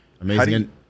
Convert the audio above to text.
Amazing